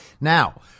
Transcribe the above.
Now